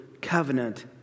covenant